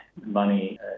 money